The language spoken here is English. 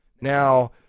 Now